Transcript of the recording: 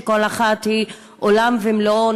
וכל אחת היא עולם ומלואו,